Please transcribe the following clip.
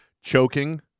choking